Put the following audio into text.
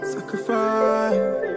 Sacrifice